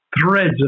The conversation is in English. threads